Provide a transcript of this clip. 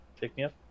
pick-me-up